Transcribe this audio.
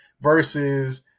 versus